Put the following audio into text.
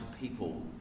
people